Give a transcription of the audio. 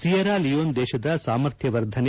Sierra Leone ದೇಶದ ಸಾಮರ್ಥ್ಯವರ್ಧನೆ